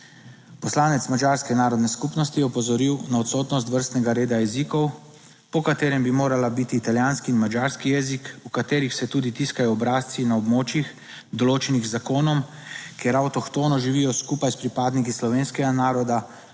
Poslanec madžarske narodne skupnosti je opozoril na odsotnost vrstnega reda jezikov, po katerem bi morala biti italijanski in madžarski jezik, v katerih se tudi tiskajo obrazci na območjih, določenih z zakonom, kjer avtohtono živijo skupaj s pripadniki slovenskega naroda